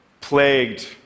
plagued